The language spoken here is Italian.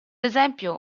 esempio